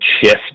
shift